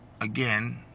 again